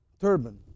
turban